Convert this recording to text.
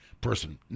person